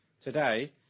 today